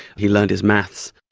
he learned his maths.